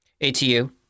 ATU